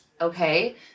okay